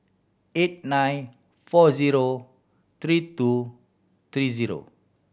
eight nine four zero three two three zero